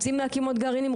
רוצים להקים עוד גרעינים,